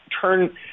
turn